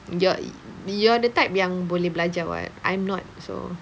you're you're the type yang boleh belajar [what] I'm not so